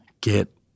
get